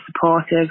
supportive